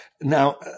Now